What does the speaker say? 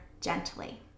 gently